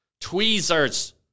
Tweezers